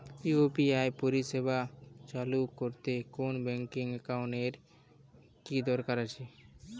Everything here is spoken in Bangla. ইউ.পি.আই পরিষেবা চালু করতে কোন ব্যকিং একাউন্ট এর কি দরকার আছে?